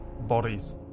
bodies